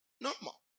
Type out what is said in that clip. normal